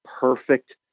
perfect